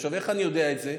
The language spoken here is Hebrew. איך אני יודע את זה?